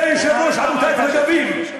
זה יושב-ראש עמותת "רגבים",